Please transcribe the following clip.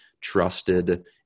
trusted